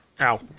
Ow